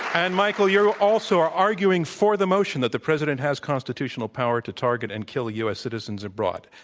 and, michael, you also are arguing for the motion that the president has constitutional power to target and kill u. s. citizens abroad.